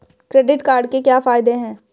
Credit card के क्या फायदे हैं?